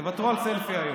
תוותרו על סלפי היום.